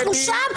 אנחנו שם,